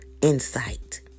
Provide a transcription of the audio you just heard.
insight